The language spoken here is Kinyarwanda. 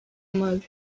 mabi